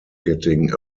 getting